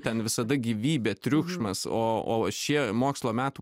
ten visada gyvybė triukšmas o o šie mokslo metų